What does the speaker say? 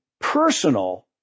personal